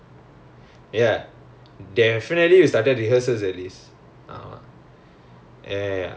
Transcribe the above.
for F_O_L is it err ya ah ya